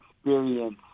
experience